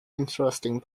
interesting